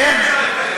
איך?